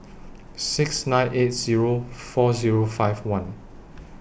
six nine eight Zero four Zero five one